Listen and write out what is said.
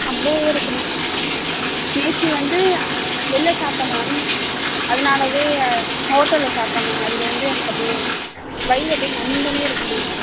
அப்படியேவே இருக்குது மேம் நேற்று வந்து வெளில சாப்பிட்டோம் மேம் அதனாலவே ஹோட்டலில் சாப்பிட்டேன் மேம் அதிலேருந்து எனக்கு அப்படியே வயிறு அப்படியே மந்தினே இருக்குது மேம்